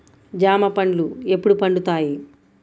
జామ పండ్లు ఎప్పుడు పండుతాయి?